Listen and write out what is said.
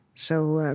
so